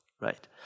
right